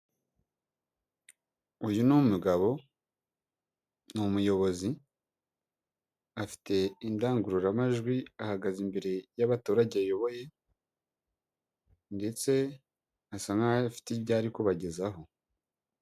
Uyu ni umugabo, ni umuyobozi, afite indangururamajwi ahagaze imbere y'abaturage ayoboye ndetse asa nkaho afite ibyo ari kubagezaho.